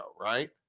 right